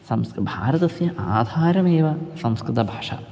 संस्कृतं भारतस्य आधारमेव संस्कृतभाषा